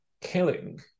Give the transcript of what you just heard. killing